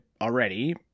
already